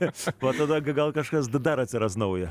va tada gal kažkas dar atsiras naujo